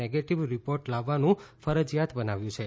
negative report લાવવાનું ફરજિયાત બનાવ્યું છે